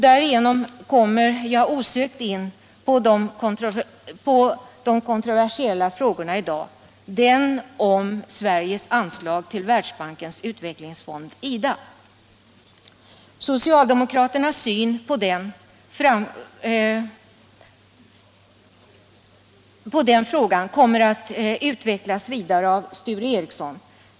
Därigenom kommer jag osökt in på de kontroversiella frågorna i dag. En av dem handlar om Sveriges anslag till Världsbankens utvecklingsfond, IDA. Socialdemokraternas syn på den frågan kommer att utvecklas vidare av Sture Ericson.